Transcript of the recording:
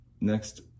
next